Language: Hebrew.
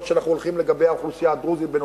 שאנחנו הולכים לגבי האוכלוסייה הדרוזית,